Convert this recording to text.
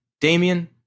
Damien